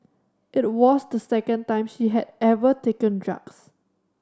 it was the second time she had ever taken drugs